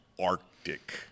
Arctic